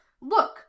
Look